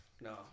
No